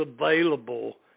available